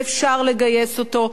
ואפשר לגייס אותו,